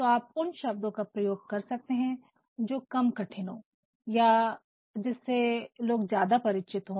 तो आप उन शब्दों का प्रयोग कर सकते हैं जो कम कठिन हो या जिससे लोग ज्यादा परिचित हो